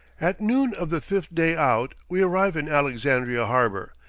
at noon of the fifth day out we arrive in alexandria harbor,